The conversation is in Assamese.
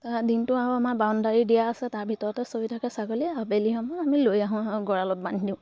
দিনটো আৰু আমাৰ বাউণ্ডেৰী দিয়া আছে তাৰ ভিতৰতে চৰি থাকে ছাগলী আবেলি সময়ত আমি লৈ আহোঁ গঁৰালত বান্ধি দিওঁ